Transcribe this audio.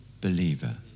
believer